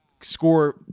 score